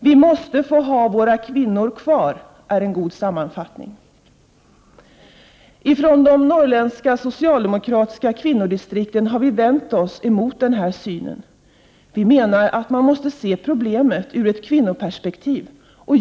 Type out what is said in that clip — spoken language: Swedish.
En god sammanfattning av detta är att vi måste få ha kvar våra kvinnor. Vi kvinnor i de norrländska socialdemokratiska kvinnodistrikten har vänt oss mot denna syn. Vi menar att man måste se problemet ur ett kvinnoperspektiv.